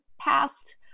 past